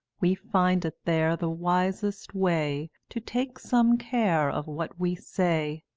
we find it there the wisest way to take some care of what we say.